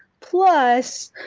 plus!